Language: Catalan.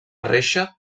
reixa